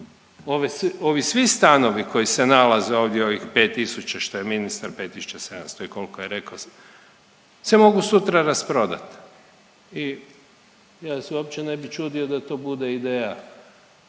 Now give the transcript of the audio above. Ovi svi stanovi koji se nalaze ovdje u ovih 5 tisuća, što je ministar, 5 700 i koliko je rekao .../nerazumljivo/... se mogu sutra rasprodati i ja se uopće ne bih čudio da to bude ideja